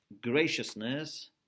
Graciousness